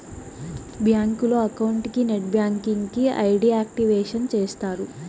బ్యాంకులో అకౌంట్ కి net banking కి ఐ.డి యాక్టివేషన్ చేస్తారు